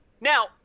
Now